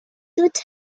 toute